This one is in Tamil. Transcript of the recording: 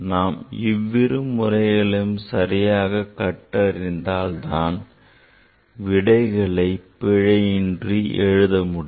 நாம் இவ்விரு முறைகளையும் சரியாக கற்றால் தான் விடைகளை பிழையின்றி எழுத முடியும்